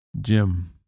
Jim